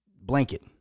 blanket